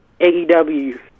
AEW